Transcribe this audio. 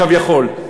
כביכול.